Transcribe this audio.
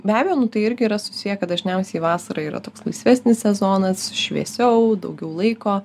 be abejo nu tai irgi yra susiję kad dažniausiai vasara yra toks laisvesnis sezonas šviesiau daugiau laiko